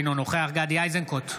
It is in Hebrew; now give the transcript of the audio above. אינו נוכח גדי איזנקוט,